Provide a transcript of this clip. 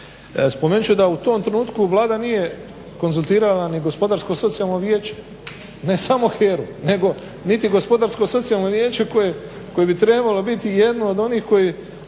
Spomenut ću da u tom trenutku Vlada nije konzultirala ni Gospodarsko socijalno vijeće, ne samo HERA-u niti Gospodarsko socijalno vijeće koje bi trebalo biti jedno od onih koji